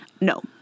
No